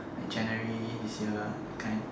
like january this year that kind